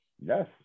Yes